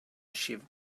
achieve